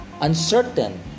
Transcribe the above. uncertain